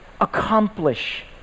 accomplish